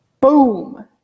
boom